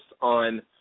on